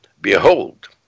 Behold